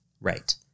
Right